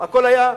הכול היה,